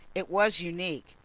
it was unique.